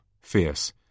fierce